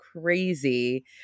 crazy